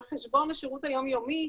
על חשבון השירות היום יומי.